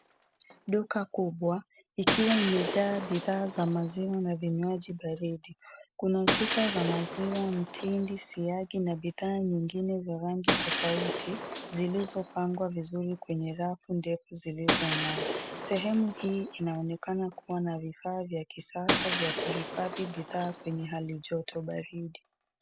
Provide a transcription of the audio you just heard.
Duka kubwa ikiwa imejaa bidhaa za maziwa na vinywaji baridi. Kuna chupa za maziwa, mtindi, siagi na bidhaa nyingine za rangi tofauti, zilizopangwa vizuri kwenye rafu ndefu zilizong'aa. Sehemu hii inaonekana kuwa na vifaa vya kisasa vya kuhifadhi bidhaa kwenye halijoto baridi.